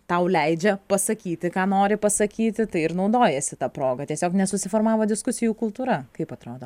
tau leidžia pasakyti ką nori pasakyti tai ir naudojiesi ta proga tiesiog nesusiformavo diskusijų kultūra kaip atrodo